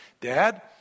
Dad